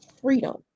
freedom